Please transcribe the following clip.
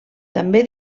també